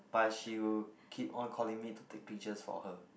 but she will keep on calling me to take pictures for her